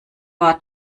war